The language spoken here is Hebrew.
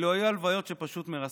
אלו היו הלוויות שפשוט מרסקות,